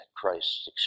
Christ's